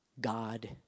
God